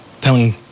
telling